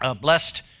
blessed